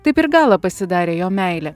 taip ir gala pasidarė jo meilė